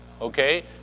okay